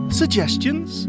suggestions